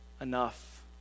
enough